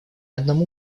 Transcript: одному